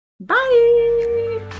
Bye